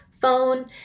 phone